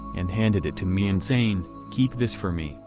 and handed it to meehan saying, keep this for me,